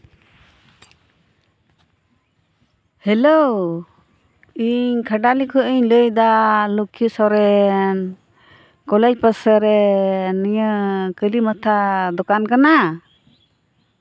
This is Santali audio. ᱦᱮᱞᱳ ᱤᱧ ᱠᱷᱟᱸᱰᱟᱞᱤ ᱠᱷᱚᱱ ᱤᱧ ᱞᱟᱹᱭᱫᱟ ᱞᱚᱠᱽᱠᱷᱤ ᱥᱚᱨᱮᱱ ᱠᱚᱞᱮᱡᱽ ᱯᱟᱥᱮ ᱨᱮ ᱱᱤᱭᱟᱹ ᱠᱟᱞᱤᱢᱟᱛᱷᱟ ᱫᱚᱠᱟᱱ ᱠᱟᱱᱟ